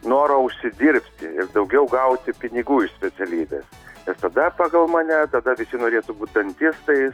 norą užsidirbti ir daugiau gauti pinigų iš specialybės tada pagal mane tada visi norėtų būt dantistais